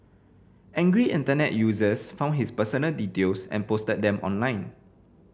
angry Internet users found his personal details and posted them online